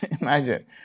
Imagine